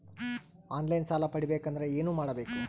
On line ಸಾಲ ಪಡಿಬೇಕಂದರ ಏನಮಾಡಬೇಕು?